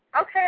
Okay